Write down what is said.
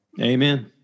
Amen